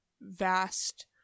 vast